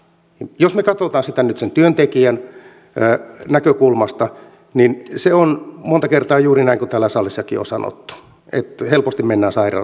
jos me katsomme sitä nyt työntekijän näkökulmasta niin se on monta kertaa juuri näin kuin täällä salissakin on sanottu että helposti mennään sairaana sitten töihin